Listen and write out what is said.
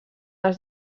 els